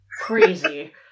Crazy